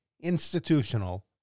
institutional